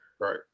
Right